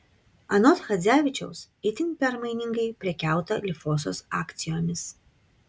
anot chadzevičiaus itin permainingai prekiauta lifosos akcijomis